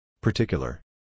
Particular